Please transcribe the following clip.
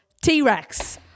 T-Rex